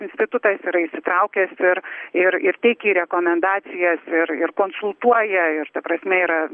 institutas yra įsitraukęs ir ir ir teikia ir rekomendacijas ir ir konsultuoja ir ta prasme yra